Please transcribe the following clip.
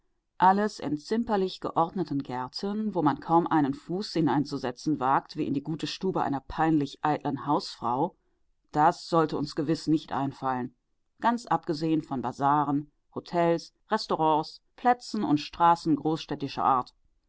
alles in zimperlich geordneten gärten wo man kaum einen fuß hineinzusetzen wagt wie in die gute stube einer peinlichen eitlen hausfrau das sollte uns gewiß nicht einfallen ganz abgesehen von basaren hotels restaurants plätzen und straßen großstädtischer art